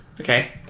Okay